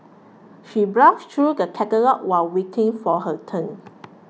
she browsed through the catalogues while waiting for her turn